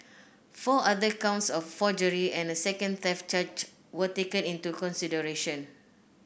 four other counts of forgery and a second theft charge were taken into consideration